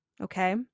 Okay